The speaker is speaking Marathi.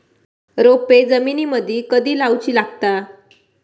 रोपे जमिनीमदि कधी लाऊची लागता?